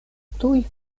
tuj